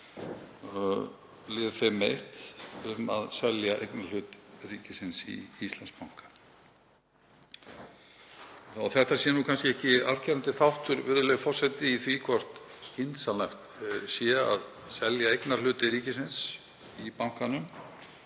lið 5.1, um að selja eignarhluti ríkisins í Íslandsbanka. Þó að þetta sé kannski ekki afgerandi þáttur, virðulegi forseti, í því hvort skynsamlegt sé að selja eignarhluti ríkisins í bankanum,